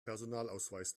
personalausweis